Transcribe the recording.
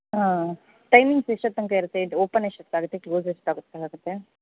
ಹಾಂ ಟೈಮಿಂಗ್ಸ್ ಎಷ್ಟೊತ್ತಂಕ ಇರುತ್ತೆ ಇದು ಓಪನ್ ಎಷ್ಟೊತ್ತಾಗುತ್ತೆ ಕ್ಲೋಸ್ ಎಷ್ಟೊತ್ಗೆ ಆಗುತ್ತೆ